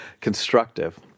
constructive